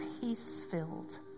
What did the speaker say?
peace-filled